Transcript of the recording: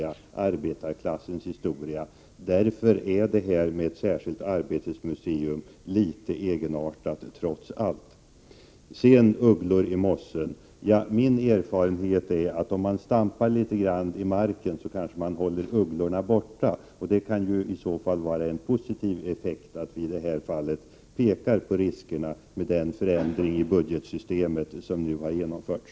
Därför är ett särskilt Arbetets museum trots allt en litet egenartad företeelse. Sylvia Petterson sade att det inte lurar några ugglor i mossen. Min erfarenhet är att om man stampar litet grand i marken, håller man ugglorna borta. Det kan ju i så fall vara en positiv effekt av att vii det här fallet pekar på riskerna med den förändring i budgetsystemet som nu har genomförts.